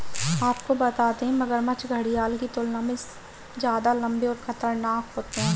आपको बता दें, मगरमच्छ घड़ियाल की तुलना में ज्यादा लम्बे और खतरनाक होते हैं